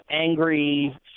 angry